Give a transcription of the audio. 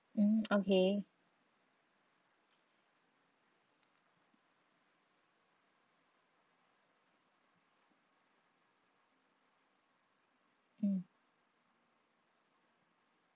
mm okay mm